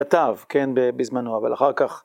כתב, כן, בזמנו, אבל אחר כך...